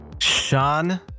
Sean